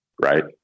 right